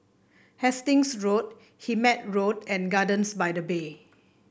Hastings Road Hemmant Road and Gardens by the Bay